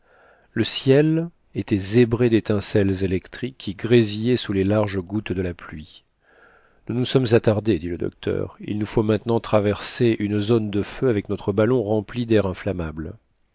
le ciel était zébré d'étincelles électriques qui grésillaient sous les larges gouttes de la pluie nous nous sommes attardés dit le docteur il nous faut maintenant traverser une zone le feu avec notre ballon rempli d'air inflammable